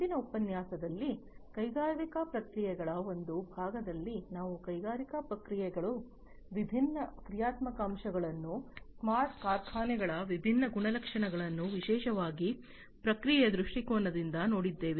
ಹಿಂದಿನ ಉಪನ್ಯಾಸದಲ್ಲಿ ಕೈಗಾರಿಕಾ ಪ್ರಕ್ರಿಯೆಗಳ ಒಂದು ಭಾಗದಲ್ಲಿ ನಾವು ಕೈಗಾರಿಕಾ ಪ್ರಕ್ರಿಯೆಗಳ ವಿಭಿನ್ನ ಕ್ರಿಯಾತ್ಮಕ ಅಂಶಗಳನ್ನು ಸ್ಮಾರ್ಟ್ ಕಾರ್ಖಾನೆಗಳ ವಿಭಿನ್ನ ಗುಣಲಕ್ಷಣಗಳನ್ನು ವಿಶೇಷವಾಗಿ ಪ್ರಕ್ರಿಯೆಯ ದೃಷ್ಟಿಕೋನದಿಂದ ನೋಡಿದ್ದೇವೆ